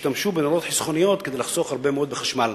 שישתמשו בנורות חסכוניות כדי לחסוך הרבה מאוד בחשמל.